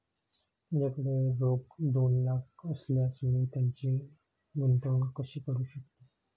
माझ्याकडे रोख दोन लाख असल्यास मी त्याची गुंतवणूक कशी करू शकतो?